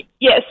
Yes